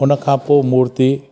उन खां पोइ मूर्ती